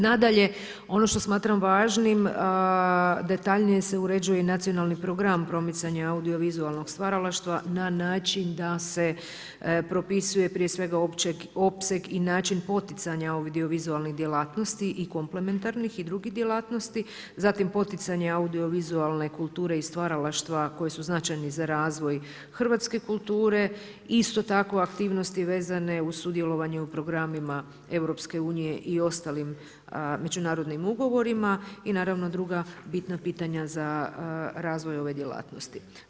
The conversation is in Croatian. Nadalje, ono što smatram važnim detaljnije se uređuje i Nacionalni program promicanja audiovizualnog stvaralaštva na način da se propisuje prije svega opseg i način poticanja audiovizualnih djelatnosti i komplementarnih i drugih djelatnosti, zatim poticanje audiovizualne kulture i stvaralaštva koji su značajni za razvoj hrvatske kulture, isto tako aktivnosti vezane uz sudjelovanje u programima EU i ostalim međunarodnim ugovorima i druga bitna pitanja za razvoj ove djelatnosti.